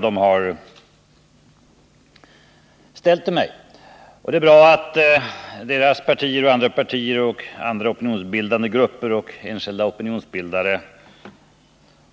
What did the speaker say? Det är också bra att deras partier, andra opinionsbildande grupper och enskilda opinionsbildare